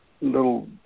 little